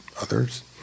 others